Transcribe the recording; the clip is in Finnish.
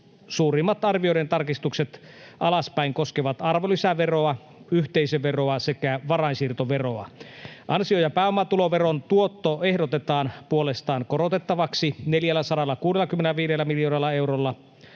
Suurimmat arvioiden tarkistukset alaspäin koskevat arvonlisäveroa, yhteisöveroa sekä varainsiirtoveroa. Ansio- ja pääomatuloveron tuottoa ehdotetaan puolestaan korotettavaksi 465 miljoonalla eurolla